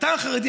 אתה, החרדי.